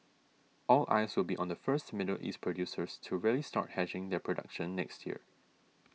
all eyes will be on the first Middle East producers to really start hedging their production next year